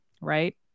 Right